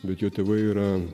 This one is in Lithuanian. bet jo tėvai yra